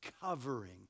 covering